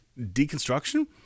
deconstruction